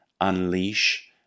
unleash